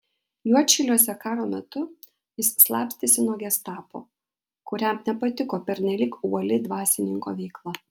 juodšiliuose karo metu jis slapstėsi nuo gestapo kuriam nepatiko pernelyg uoli dvasininko veikla